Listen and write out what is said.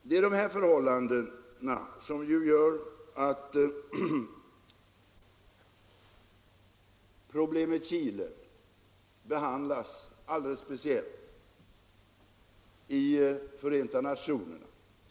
Det är dessa förhållanden som gör att problemet Chile behandlas alldeles speciellt i Förenta nationerna.